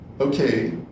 Okay